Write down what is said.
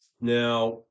Now